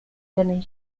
than